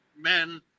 men